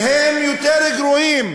והם יותר גרועים